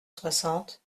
soixante